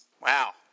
Wow